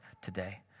today